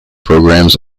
programmes